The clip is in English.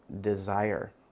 desire